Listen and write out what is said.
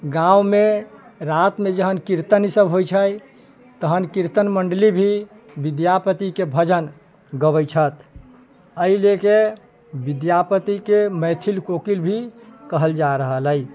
गाँव मे राति मे जहन कीर्तन ई सब होइ छै तहन कीर्तन मंडली भी विद्यापति के भजन गबै छथि एहि ले के विद्यापति के मैथिल कोकिल भी कहल जा रहल अछि